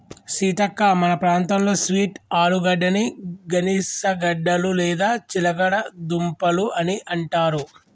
సీతక్క మన ప్రాంతంలో స్వీట్ ఆలుగడ్డని గనిసగడ్డలు లేదా చిలగడ దుంపలు అని అంటారు